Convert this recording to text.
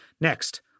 Next